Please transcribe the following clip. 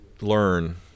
learn